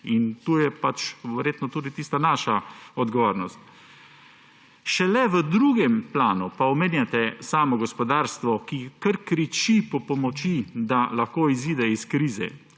in tu je verjetno tudi tista naša odgovornost. Šele v drugem planu pa omenjate samo gospodarstvo, ki kar kriči po pomoči, da lahko izide iz krize,